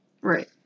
Right